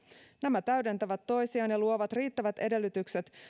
nämä täydentävät toisiaan ja luovat riittävät edellytykset